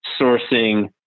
sourcing